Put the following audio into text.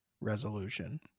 resolution